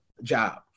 job